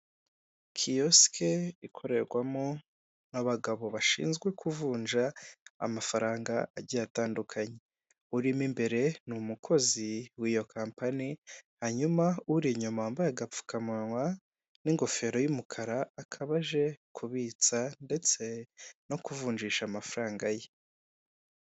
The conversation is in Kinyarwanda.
Kiyosike ikorerwamo n'abagabo bashinzwe kuvunja amafaranga agiye atandukanye. Urimo imbere ni umukozi w'iyo kampani hanyuma, uri inyuma wambaye agapfukamunwa n'ingofero y'umukara akaba aje kubitsa ndetse no kuvunjisha amafaranga ye.